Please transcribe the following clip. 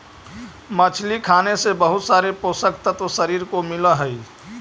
मछली खाने से बहुत सारे पोषक तत्व शरीर को मिलअ हई